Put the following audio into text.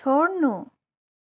छोड्नु